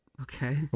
Okay